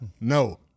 no